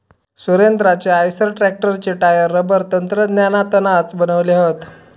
सुरेंद्राचे आईसर ट्रॅक्टरचे tyre rubber तंत्रज्ञानातनाच बनवले हत